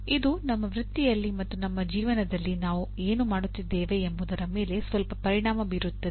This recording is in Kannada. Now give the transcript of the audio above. ಇದು ನಮ್ಮ ವೃತ್ತಿಯಲ್ಲಿ ಮತ್ತು ನಮ್ಮ ಜೀವನದಲ್ಲಿ ನಾವು ಏನು ಮಾಡುತ್ತಿದ್ದೇವೆ ಎಂಬುದರ ಮೇಲೆ ಸ್ವಲ್ಪ ಪರಿಣಾಮ ಬೀರುತ್ತದೆ